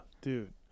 Dude